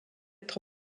être